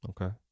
okay